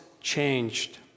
changed